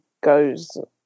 goes